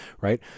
right